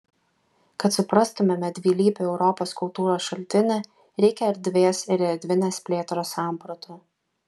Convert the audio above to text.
kad suprastumėme dvilypį europos kultūros šaltinį reikia erdvės ir erdvinės plėtros sampratų